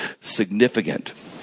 significant